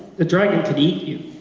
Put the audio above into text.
the dragon could eat you.